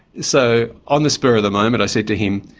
so on the spur of the moment i said to him,